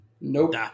Nope